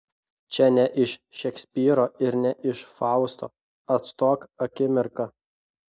čia ne iš šekspyro ir ne iš fausto atstok akimirka